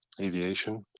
aviation